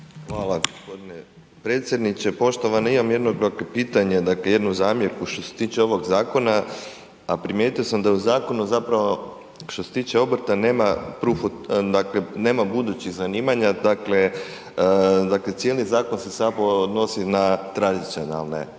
Hvala g. predsjedniče. Poštovana, imam jedno ovako pitanje, dakle jednu zamjerku što se tiče ovog zakona, a primijetio sam da je u zakonu zapravo što se tiče obrta nema budućih zanimanja, dakle, cijeli zakon se samo odnosi na tradicionalne